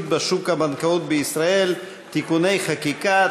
בשוק הבנקאות בישראל (תיקוני חקיקה),